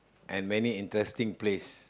and many interesting place